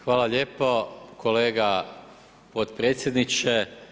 Hvala lijepo kolega potpredsjedniče.